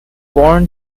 born